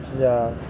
ya